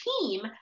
team